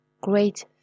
Great